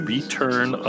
Return